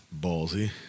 Ballsy